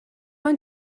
mae